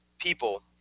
people